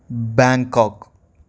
Bangkok